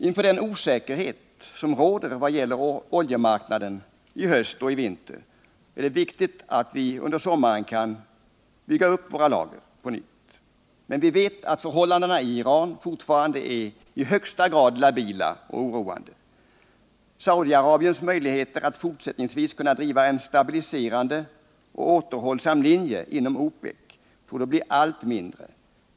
Inför den osäkerhet som råder vad gäller oljemarknaden i höst och i vinter är det viktigt att vi i sommar bygger upp våra lager på nytt. Men vi vet att förhållandena i Iran fortfarande är i högsta grad labila och oroande. Saudi-Arabiens möjligheter att fortsättningsvis kunna driva en stabiliserande och återhållsam linje inom OPEC torde bli allt mindre.